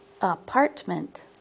Apartment